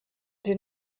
did